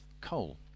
coal